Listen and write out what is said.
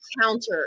counter